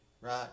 right